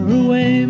away